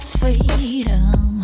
freedom